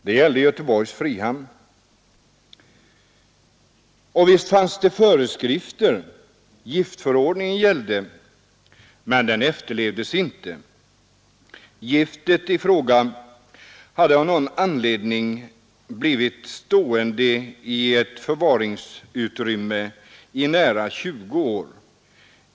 Det gällde Göteborgs frihamn. Visst fanns det föreskrifter — giftförordningen gällde, men den efterlevdes inte. Giftet i fråga hade av någon anledning blivit stående i ett förvaringsutrymme i nära tjugo år.